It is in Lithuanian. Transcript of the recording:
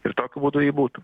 ir tokiu būdu ji būtų